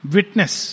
Witness